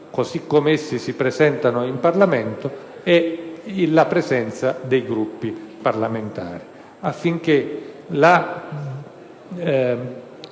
così come essi si presentano in Parlamento, e la presenza dei Gruppi parlamentari, affinché lo